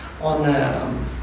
on